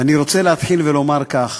ואני רוצה להתחיל ולומר כך: